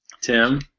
Tim